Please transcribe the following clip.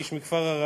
איש מכפר ערבי,